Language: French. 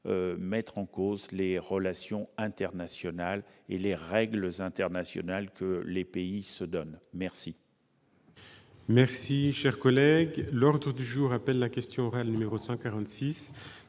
remettre en cause les relations internationales et les règles internationales que les pays se donnent. La